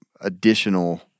additional